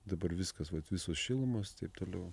dabar viskas vat visos šilumos taip toliau